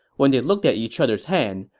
when they looked at each other's hand,